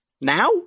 Now